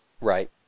Right